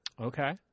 Okay